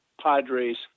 Padres